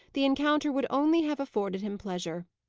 the encounter would only have afforded him pleasure.